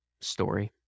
story